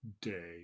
day